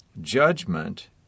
judgment